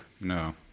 No